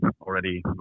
already